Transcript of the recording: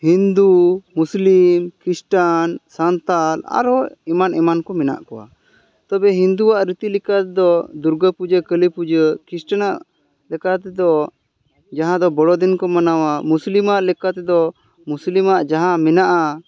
ᱦᱤᱱᱫᱩ ᱢᱩᱥᱞᱤᱢ ᱠᱷᱤᱥᱴᱟᱱ ᱥᱟᱱᱛᱟᱲ ᱟᱨᱦᱚᱸ ᱮᱢᱟᱱ ᱮᱢᱟᱱ ᱠᱚ ᱢᱮᱱᱟᱜ ᱠᱚᱣᱟ ᱛᱚᱵᱮ ᱦᱤᱱᱫᱩᱣᱟᱜ ᱨᱤᱛᱤ ᱞᱮᱠᱟᱛᱮᱫᱚ ᱫᱩᱨᱜᱟᱹ ᱯᱩᱡᱟᱹ ᱠᱟᱹᱞᱤ ᱯᱩᱡᱟᱹ ᱠᱷᱤᱥᱴᱟᱱᱟᱜ ᱞᱮᱠᱟ ᱛᱮᱫᱚ ᱡᱟᱦᱟᱸ ᱫᱚ ᱵᱚᱲᱚᱫᱤᱱ ᱠᱚ ᱢᱟᱱᱟᱣᱟ ᱢᱩᱥᱞᱤᱢᱟᱜ ᱞᱮᱠᱟᱛᱮᱫᱚ ᱢᱩᱥᱞᱤᱢᱟᱜ ᱡᱟᱦᱟᱸ ᱢᱟᱱᱟᱜᱼᱟ